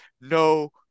no